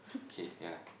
K yea